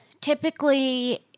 typically